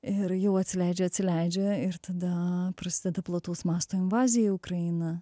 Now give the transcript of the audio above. ir jau atsileidžia atsileidžia ir tada prasideda plataus masto invazija į ukrainą